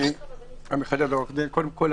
קודם כול,